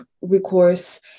recourse